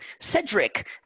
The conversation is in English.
Cedric